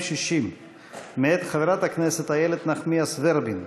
260 מאת חברת הכנסת איילת נחמיאס ורבין.